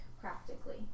practically